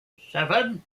seven